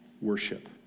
worship